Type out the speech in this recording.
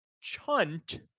Chunt